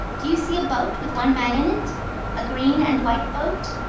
do you see a boat with one man in it a green and white boat?